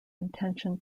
intention